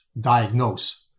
diagnose